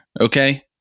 okay